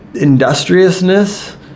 industriousness